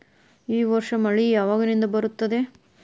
ಈ ವರ್ಷ ಮಳಿ ಯಾವಾಗಿನಿಂದ ಬರುತ್ತದೆ?